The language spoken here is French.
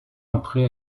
entrée